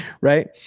right